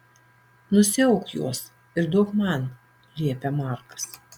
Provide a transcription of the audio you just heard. nusiauk juos ir duok man liepia markas